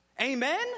Amen